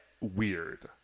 weird